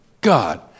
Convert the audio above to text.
God